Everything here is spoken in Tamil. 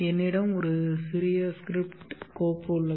என்னிடம் ஒரு சிறிய ஸ்கிரிப்ட் கோப்பு உள்ளது